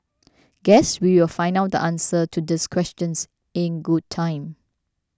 guess we will find out the answer to these questions in good time